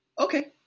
Okay